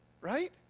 right